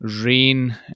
rain